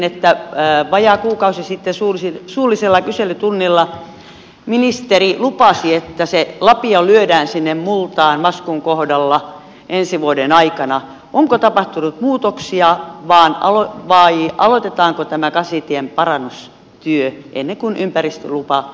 kun vajaa kuukausi sitten suullisella kyselytunnilla ministeri lupasi että se lapio lyödään sinne multaan maskun kohdalla ensi vuoden aikana onko tapahtunut muutoksia vai aloitetaanko tämän kasitien parannustyö ennen kuin ympäristölupa umpeutuu